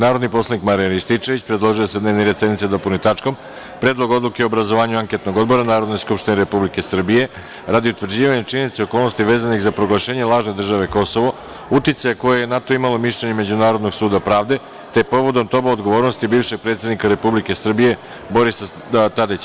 Narodni poslanik Marijan Rističević predložio je da se dnevni red sednice dopuni tačkom – Predlog odluke o obrazovanju anketnog odbora Narodne skupštine Republike Srbije radi utvrđivanja činjenica i okolnosti vezanih za proglašenje lažne države Kosovo, uticaja koje je na to imalo mišljenje Međunarodnog suda pravde, te povodom toga odgovornosti bivšeg predsednika Republike Srbije Borisa Tadića.